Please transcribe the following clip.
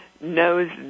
knows